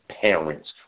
parents